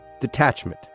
Detachment